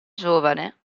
giovane